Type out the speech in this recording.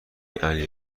علی